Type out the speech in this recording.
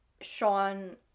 Sean